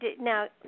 Now